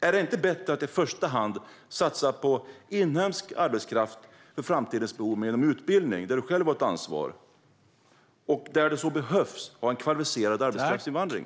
Är det inte bättre att i första hand satsa på inhemsk arbetskraft för framtidens behov genom utbildning, där du ju själv har ett ansvar, och där det så behövs ha en kvalificerad arbetskraftsinvandring?